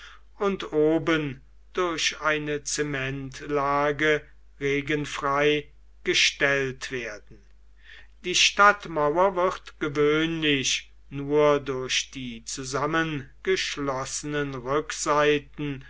und oben durch eine zementlage regenfrei gestellt werden die stadtmauer wird gewöhnlich nur durch die zusammengeschlossenen